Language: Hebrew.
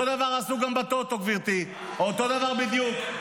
אותו דבר עשו גם בטוטו, גברתי, אותו דבר בדיוק.